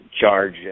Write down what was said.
charge